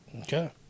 Okay